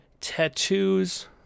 Tattoos